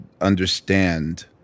understand